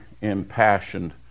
impassioned